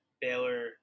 Baylor